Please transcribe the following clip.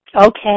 Okay